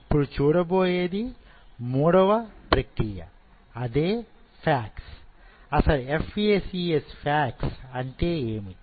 ఇప్పుడు చూడబోయేది మూడవ ప్రక్రియ అదే FACS అసలు FACS అంటే ఏమిటి